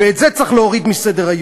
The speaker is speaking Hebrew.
ואת זה צריך להוריד מסדר-היום.